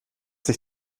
sich